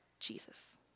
Jesus